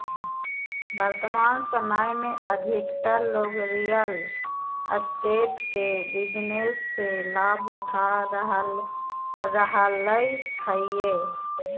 वर्तमान समय में अधिकतर लोग रियल एस्टेट के बिजनेस से लाभ उठा रहलय हइ